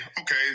okay